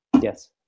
Yes